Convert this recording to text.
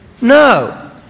no